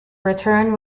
return